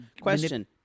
question